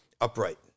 upright